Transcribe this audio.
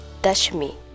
Dashmi